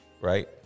right